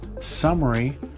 summary